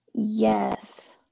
Yes